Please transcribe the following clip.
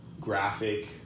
graphic